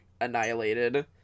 annihilated